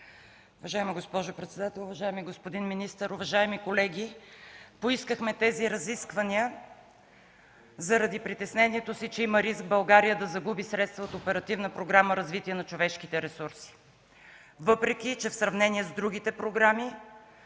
Уважаема госпожо председател, уважаеми господин министър, уважаеми колеги! Поискахме тези разисквания заради притеснението си, че има риск България да загуби средства от Оперативна програма „Развитие на човешките ресурси”, въпреки че в сравнение с другите програми